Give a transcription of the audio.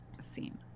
scene